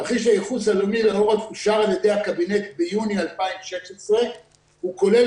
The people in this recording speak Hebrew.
תרחיש הייחוס אושר על ידי הקבינט ביוני 2016. הוא כולל